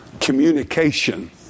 Communication